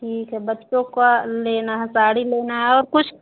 ठीक है बच्चों का लेना है साड़ी लेना है और कुछ